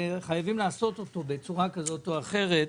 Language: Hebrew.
וחייבים לעשות אותו בצורה כזו או אחרת.